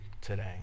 today